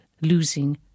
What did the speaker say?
losing